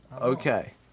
Okay